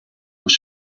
vous